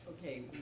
Okay